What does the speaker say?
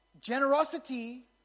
Generosity